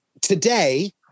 today